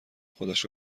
خودش